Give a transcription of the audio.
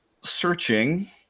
searching